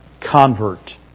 convert